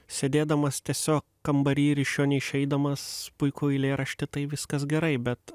sėdėdamas tiesiog kambary ir iš jo neišeidamas puikų eilėraštį tai viskas gerai bet